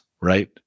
Right